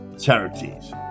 charities